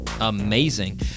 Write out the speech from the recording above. Amazing